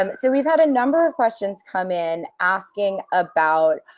um so we've had a number of questions come in asking about